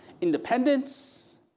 independence